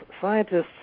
scientists